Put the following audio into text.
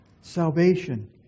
Salvation